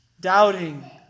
doubting